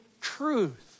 truth